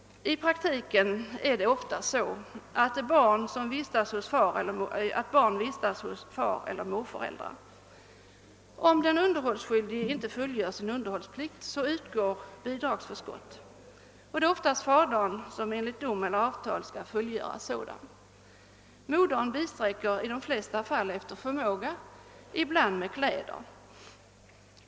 I praktiken vistas barn ofta hos fareller morföräldrar. Om den underhålisskyldige inte fullgör sin underhållsplikt, utgår bidragsförskott. Det är oftast fadern som enligt dom eller avtal skall fullgöra sådan underhållsplikt. Modern bisträcker i de flesta fall efter förmåga, ibland med kläder.